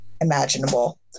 imaginable